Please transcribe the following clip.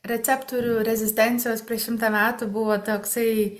receptorių rezistencijos prieš šimtą metų buvo toksai